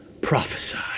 prophesy